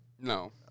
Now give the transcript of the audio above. No